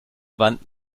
wand